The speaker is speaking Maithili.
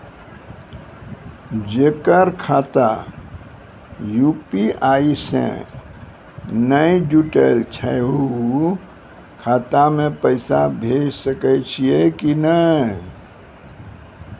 जेकर खाता यु.पी.आई से नैय जुटल छै उ खाता मे पैसा भेज सकै छियै कि नै?